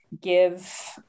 give